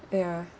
ya